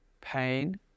pain